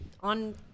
on